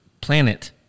Planet